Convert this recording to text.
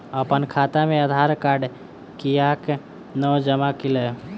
अप्पन खाता मे आधारकार्ड कियाक नै जमा केलियै?